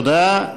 תודה.